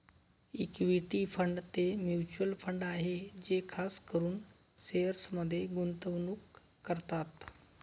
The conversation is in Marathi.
इक्विटी फंड ते म्युचल फंड आहे जे खास करून शेअर्समध्ये गुंतवणूक करतात